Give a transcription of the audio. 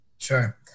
Sure